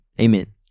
Amen